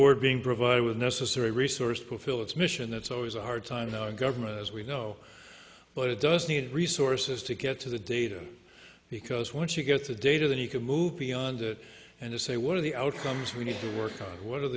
board being provided with necessary resources fulfill its mission that's always a hard time government as we go but it does need resources to get to the data because once you get the data then you can move beyond it and say what are the outcomes we need to work on what are